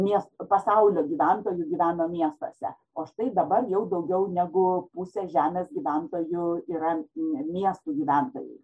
mies pasaulio gyventojų gyveno miestuose o štai dabar jau daugiau negu pusė žemės gyventojų yra miestų gyventojai